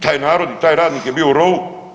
Taj narod i taj radnik je bio u rovu.